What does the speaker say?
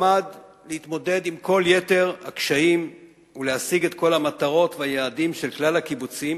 להתמודד עם כל יתר הקשיים ולהשיג את כל המטרות והיעדים של כלל הקיבוצים,